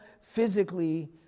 physically